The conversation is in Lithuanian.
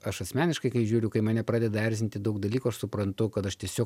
aš asmeniškai kai žiūriu kai mane pradeda erzinti daug dalykų aš suprantu kad aš tiesiog